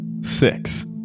Six